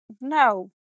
No